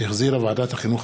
שהחזירה ועדת החינוך,